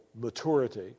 maturity